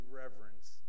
reverence